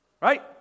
Right